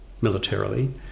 militarily